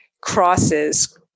crosses